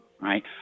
right